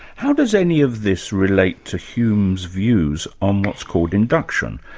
how does any of this relate to hume's views on what's called induction?